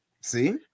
See